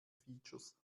features